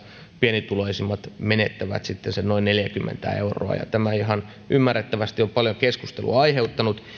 pienituloisimmat menettävät sen noin neljäkymmentä euroa tämä ihan ymmärrettävästi on paljon keskustelua aiheuttanut